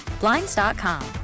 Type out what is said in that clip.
Blinds.com